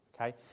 Okay